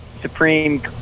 Supreme